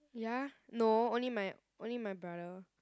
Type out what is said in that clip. ya no only my only my brother